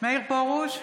מאיר פרוש,